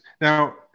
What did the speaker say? now